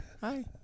hi